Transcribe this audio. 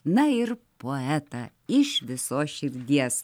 na ir poetą iš visos širdies